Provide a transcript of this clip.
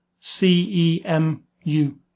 C-E-M-U